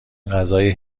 غذای